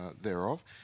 thereof